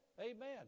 amen